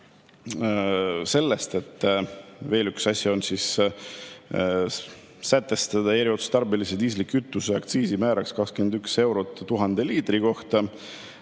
sellest, et veel üks asi on sätestada eriotstarbelise diislikütuse aktsiisimääraks 21 eurot 1000 liitri kohta,